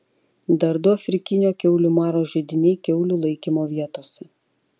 dar du afrikinio kiaulių maro židiniai kiaulių laikymo vietose